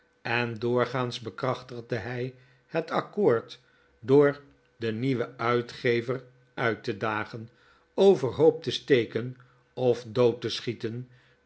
en doorgaans bekrachtigde hij het accoord door den nieuwen uitgever uit te dagen overhoop te steken of dood te schieten